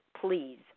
please